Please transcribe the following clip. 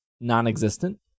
non-existent